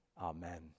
Amen